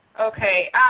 Okay